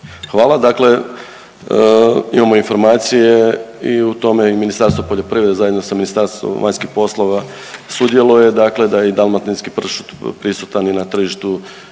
Hvala. Dakle, imamo informacije i u tome i Ministarstvo poljoprivrede zajedno sa Ministarstvom vanjskih poslova sudjeluje dakle da je i dalmatinski pršut prisutan i na tržištu